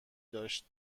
داشت